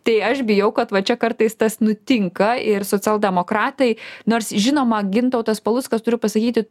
tai aš bijau kad va čia kartais tas nutinka ir socialdemokratai nors žinoma gintautas paluckas turiu pasakyti